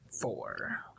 Four